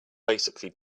basically